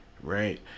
right